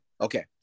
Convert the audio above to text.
Okay